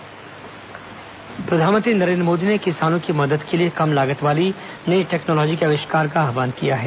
प्रधानमंत्री किसान प्रधानमंत्री नरेन्द्र मोदी ने किसानों की मदद के लिए कम लागत वाली नई टेक्नोलॉजी के अविष्कार का आह्वान किया है